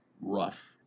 rough